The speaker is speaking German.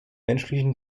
menschlichen